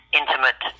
intimate